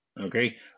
okay